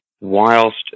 whilst